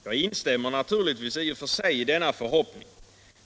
Jag instämmer naturligtvis i och för sig i denna förhoppning.